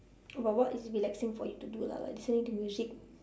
about what is relaxing for you to do lah like listening to music